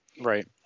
right